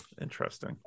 Interesting